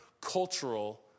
cultural